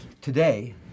Today